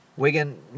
Wigan